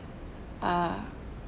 ah